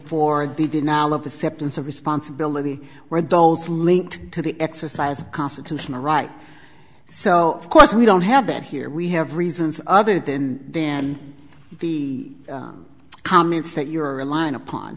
for the denial of the symptoms of responsibility were those linked to the exercise constitutional right so of course we don't have that here we have reasons other than dan the comments that you are relying upon